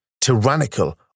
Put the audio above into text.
tyrannical